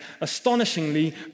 astonishingly